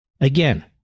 Again